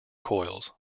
coils